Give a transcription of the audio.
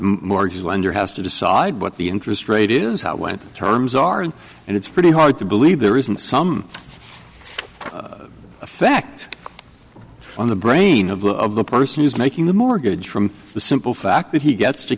mortgage lender has to decide what the interest rate is how it went terms ours and it's pretty hard to believe there isn't some effect on the brain of the of the person who's making the mortgage from the simple fact that he gets to